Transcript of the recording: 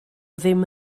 ddim